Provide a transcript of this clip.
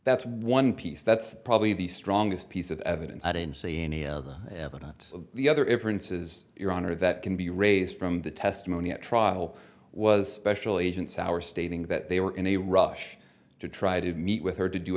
that's one piece that's probably the strongest piece of evidence i didn't see any evidence of the other inferences your honor that can be raised from the testimony at trial was special agents our stating that they were in a rush to try to meet with her to do